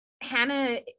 hannah